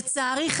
לצערי,